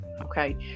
Okay